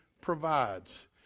provides